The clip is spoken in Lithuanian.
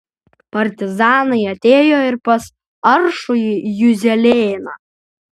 partizanai atėjo ir pas aršųjį juzelėną